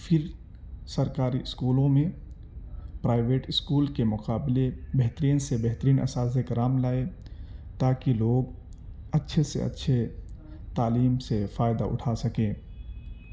پھر سرکاری اسکولوں میں پرائیویٹ اسکول کے مقابلے بہترین سے بہترین اساتذہ کرام لائے تاکہ لوگ اچھے سے اچھے تعلیم سے فائدہ اٹھا سکیں